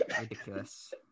Ridiculous